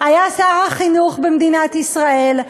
היה שר החינוך במדינת ישראל,